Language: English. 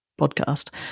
podcast